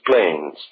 planes